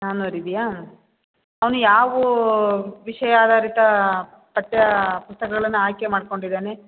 ನಾಲ್ನೂರು ಇದೆಯಾ ಅವನು ಯಾವ ವಿಷಯ ಆಧಾರಿತ ಪಠ್ಯ ಪುಸ್ತಕಗಳನ್ನು ಆಯ್ಕೆ ಮಾಡ್ಕೊಂಡಿದ್ದಾನೆ